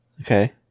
Okay